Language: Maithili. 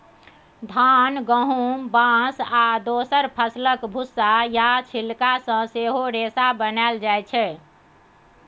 धान, गहुम, बाँस आ दोसर फसलक भुस्सा या छिलका सँ सेहो रेशा बनाएल जाइ छै